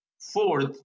Fourth